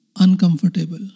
uncomfortable